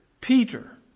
Peter